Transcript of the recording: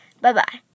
bye-bye